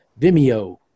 Vimeo